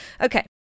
Okay